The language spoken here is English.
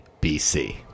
BC